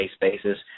basis